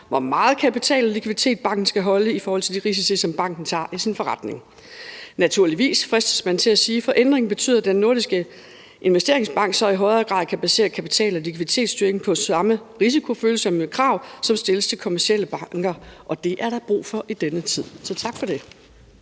hvor meget kapital og likviditet banken skal holde i forhold til de risici, som banken tager i sin forretning. Naturligvis, fristes man til at sige, for ændringen betyder, at Den Nordiske Investeringsbank så i højere grad kan basere kapital- og likviditetsstyring på samme risikofølsomme krav, som stilles til kommercielle banker. Det er der brug for i denne tid, så tak for det.